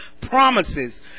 promises